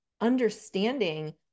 understanding